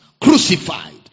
Crucified